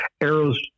arrows